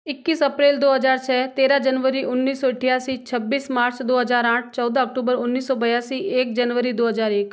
इक्कीस अप्रैल दो हजार छः तेरह जनवरी उन्नीस सौ अट्ठासी छब्बीस मार्च दो हजार आठ चौदह अक्टुबर उन्नीस सौ बयासी एक जनवरी दो हजार एक